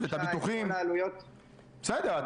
בסדר.